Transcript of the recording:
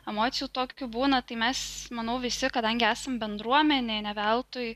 emocijų tokių būna tai mes manau visi kadangi esam bendruomenė ne veltui